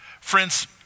Friends